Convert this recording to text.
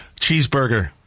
Cheeseburger